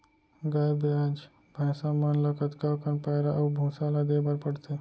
गाय ब्याज भैसा मन ल कतका कन पैरा अऊ भूसा ल देये बर पढ़थे?